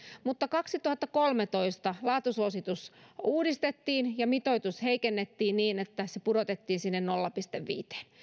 mutta kaksituhattakolmetoista laatusuositus uudistettiin ja mitoitusta heikennettiin niin että se pudotettiin sinne nolla pilkku viiteen